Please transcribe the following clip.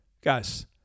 Guys